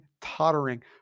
tottering